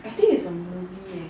I think it's a movie eh